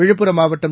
விழுப்புரம் மாவட்டம்